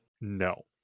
No